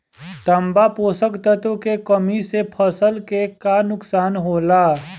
तांबा पोषक तत्व के कमी से फसल के का नुकसान होला?